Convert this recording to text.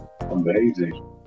amazing